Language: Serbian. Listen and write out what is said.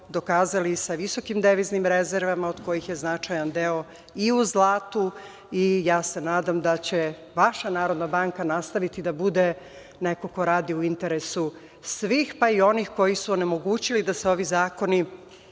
dokazali sa visokim devizni rezervama, od kojih je značajan deo i u zlatu. Ja se nadam da će vaš NBS nastaviti da bude neko ko radi u interesu svih, pa i onih koji su onemogućili da se ovi zakoni